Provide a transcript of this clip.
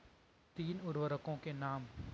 तीन उर्वरकों के नाम?